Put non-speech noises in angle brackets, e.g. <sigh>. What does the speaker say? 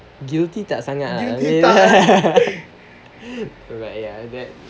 guilty tak sangat <laughs> right ya then